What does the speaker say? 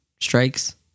strikes